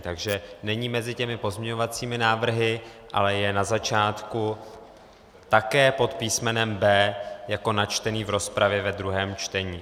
Takže není mezi těmi pozměňovacími návrhy, ale je na začátku také pod písmenem B, jako načtený v rozpravě ve druhém čtení.